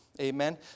amen